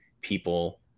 people